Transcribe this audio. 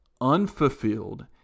unfulfilled